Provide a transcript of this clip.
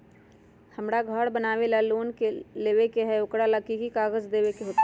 हमरा घर बनाबे ला लोन लेबे के है, ओकरा ला कि कि काग़ज देबे के होयत?